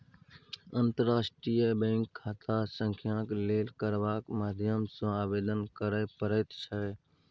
अंतर्राष्ट्रीय बैंक खाता संख्याक लेल कारबारक माध्यम सँ आवेदन करय पड़ैत छै